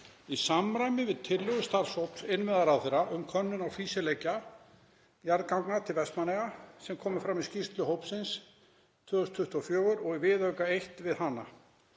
í samræmi við tillögur starfshóps innviðaráðherra um könnun á fýsileika jarðganga til Vestmannaeyja sem komu fram í skýrslu hópsins haustið 2024 og í viðauka I við hana.